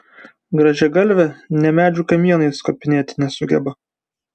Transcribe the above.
grąžiagalvė nė medžių kamienais kopinėti nesugeba